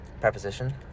Preposition